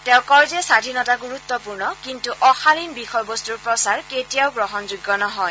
তেওঁ কয় যে স্বাধীনতা গুৰুত্পূৰ্ণ কিন্তু অশালীন বিষয়বস্তৰ প্ৰচাৰ কেতিয়াও গ্ৰহণযোগ্য নহয়